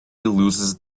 loses